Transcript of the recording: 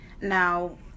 Now